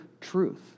truth